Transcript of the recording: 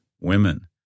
Women